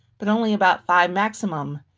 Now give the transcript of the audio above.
but only about five maximum.